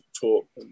talk